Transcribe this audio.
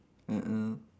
mm mm